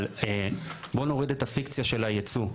אבל בוא נוריד את הפיקציה של היצוא,